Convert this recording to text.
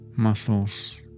Muscles